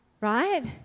right